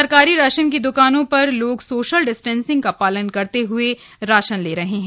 सरकारी राशन की दुकानों पर लोग सोशल डिस्टेसिंग का पालन करते हुए राशन ले रहे है